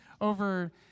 over